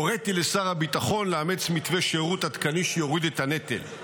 הוריתי לשר הביטחון לאמץ מתווה שירות עדכני שיוריד את הנטל.